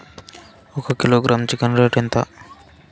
ఒక kilogram chicken rate ఎంత?